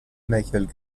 michael